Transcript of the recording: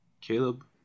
Caleb